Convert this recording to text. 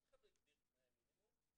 אף אחד לא הגדיר תנאי מינימום.